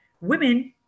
women